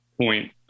point